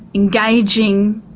engaging.